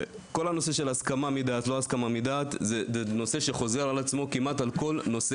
הנושא של הסכמה מדעת חוזר על עצמו שוב ושוב.